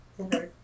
Okay